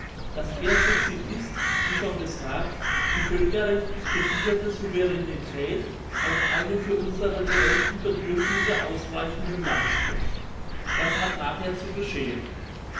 das erste ziel ist wie schon gesagt die völkerrechtlich gesicherte souveränetät auf einem für unsere gerechten bedürfnisse ausreichenden landstrich was hat nachher zu geschehen